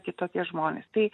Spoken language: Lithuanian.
kitokie žmonės tai